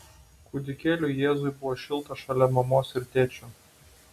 kūdikėliui jėzui buvo šilta šalia mamos ir tėčio